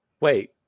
Wait